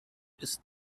ist